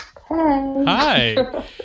Hi